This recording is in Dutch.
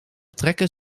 trekken